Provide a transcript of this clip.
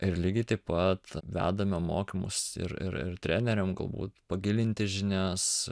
ir lygiai taip pat vedame mokymus ir ir ir treneriam galbūt pagilinti žinias